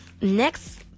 Next